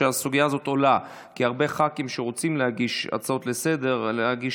שהסוגיה הזאת עולה כי הרבה ח"כים שרוצים להגיש הצעות לסדר-היום ולהגיש